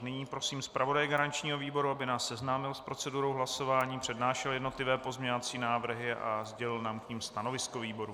Nyní prosím zpravodaje garančního výboru, aby nás seznámil s procedurou hlasování, přednášel jednotlivé pozměňovací návrhy a sdělil nám k nim stanovisko výboru.